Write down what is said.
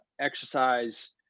exercise